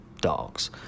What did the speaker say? dogs